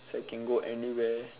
so I can go anywhere